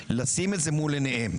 לשים את זה מול עיניהם.